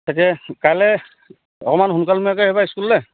তাকে কাইলে অকমান সোনকালে আহিবা স্কুললে